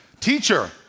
Teacher